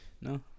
no